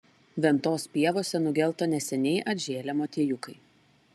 ventos pievose nugelto neseniai atžėlę motiejukai